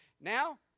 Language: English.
Now